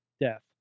death